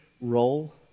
role